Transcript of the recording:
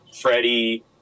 Freddie